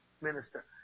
Minister